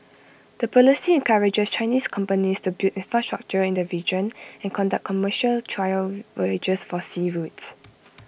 the policy encourages Chinese companies to build infrastructure in the region and conduct commercial trial voyages for sea routes